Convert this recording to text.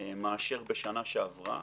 מאשר בשנה שעברה